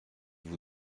vous